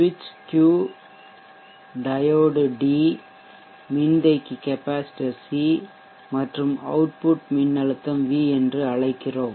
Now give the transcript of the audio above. சுவிட்ச் Q diode D மின்தேக்கி capacitor C மற்றும் அவுட்புட் மின்னழுத்தம் V என்று அழைக்கிறோம்